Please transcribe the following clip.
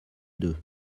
deux